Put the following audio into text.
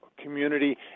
Community